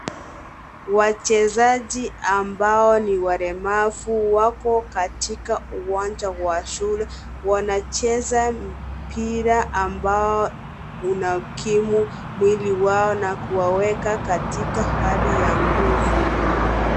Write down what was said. Wachezaji ambao ni walemavu wako katika uwanja wa shule. Wanacheza mpira ambao unaokimu mwili wao na kuwaweka katika hali ya nguvu.